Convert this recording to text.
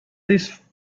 this